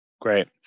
Great